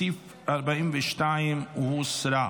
הסתייגות 42 הוסרה.